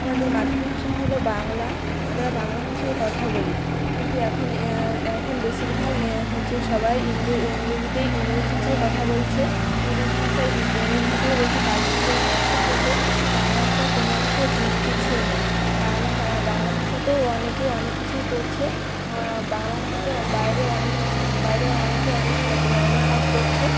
আমাদের মাতৃভাষা হল বাংলা আমরা বাংলা ভাষায় কথা বলি কিন্তু এখন এখন বেশিরভাগ ইয়ে হচ্ছে সবাই ইংরেজীতেই ইংরেজী ভাষায় কথা বলছে ইংরেজী ভাষার ইংরেজী ভাষাকে বেশি প্রাধান্য দেওয়া হচ্ছে কিন্তু বাংলা ভাষাও কোনো অংশে পিছিয়ে নেই বাংলা ভা বাংলা ভাষাতেও অনেকে অনেক কিছুই করছে বাংলা ভাষাতেও বাইরে অনেক বাইরে অনেকে অনেক কাজ অনেক কাজ করছে